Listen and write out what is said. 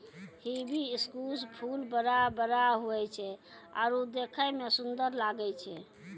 hibiscus फूल बड़ा बड़ा हुवै छै आरु देखै मे सुन्दर लागै छै